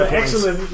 excellent